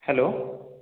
hello